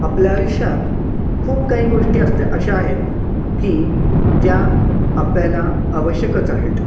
आपल्या आयुष्यात खूप काही गोष्टी अस अशा आहेत की ज्या आपल्याला आवश्यकच आहेत